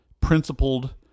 principled